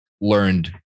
learned